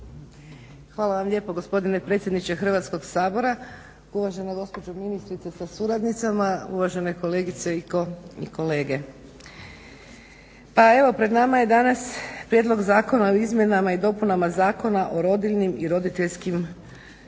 Hvala vam lijepa gospodine predsjedniče Hrvatskog sabora, uvaženo gospođo ministrice sa suradnicama, uvažene kolegice i kolege. Pa evo pred nama je danas prijedlog zakona o izmjenama i dopunama Zakona o rodiljnim i roditeljskim potporama.